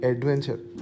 Adventure